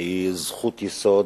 היא זכות-יסוד